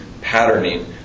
patterning